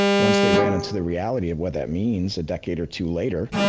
once they ran into the reality of what that means a decade or two later,